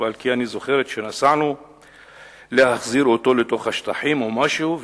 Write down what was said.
כי אני זוכרת שנסענו להחזיר אותו לתוך השטחים או משהו,